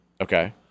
Okay